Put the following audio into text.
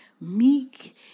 meek